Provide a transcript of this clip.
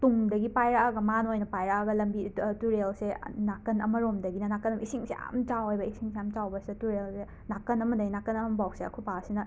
ꯇꯨꯡꯗꯒꯤ ꯄꯥꯏꯔꯛꯑꯒ ꯃꯥꯅ ꯑꯣꯏꯅ ꯄꯥꯏꯔꯛꯑꯒ ꯂꯝꯕꯤꯗ ꯇꯨꯔꯦꯜ ꯁꯦ ꯅꯥꯀꯟ ꯑꯃꯔꯣꯝꯗꯒꯤꯅ ꯅꯀꯟ ꯏꯁꯤꯡꯁꯦ ꯌꯥꯝꯅ ꯆꯥꯎꯋꯦꯕ ꯏꯁꯤꯡ ꯁꯦ ꯌꯥꯝ ꯆꯥꯎꯕꯁꯤꯗ ꯇꯨꯔꯦꯜꯁꯦ ꯅꯥꯀꯟ ꯑꯃꯗꯒꯤ ꯅꯥꯀꯟ ꯑꯃ ꯐꯥꯎꯁꯦ ꯑꯩꯈꯣꯏ ꯄꯥꯁꯤꯅ